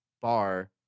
bar